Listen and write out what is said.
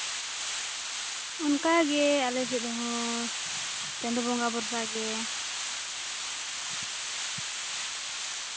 ᱚᱱᱠᱟᱜᱮ ᱟᱞᱮᱥᱮᱫ ᱦᱚᱸ ᱪᱟᱸᱫᱚ ᱵᱚᱸᱜᱟ ᱵᱷᱚᱨᱥᱟ ᱜᱮ